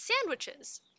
sandwiches